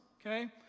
okay